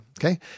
Okay